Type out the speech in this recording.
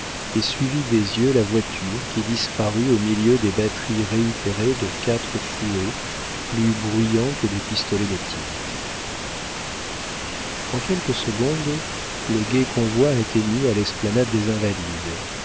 et suivit des yeux la voiture qui disparut au milieu des batteries réitérées de quatre fouets plus bruyants que des pistolets de tir en quelques secondes le gai convoi atteignit à l'esplanade des invalides